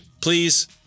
please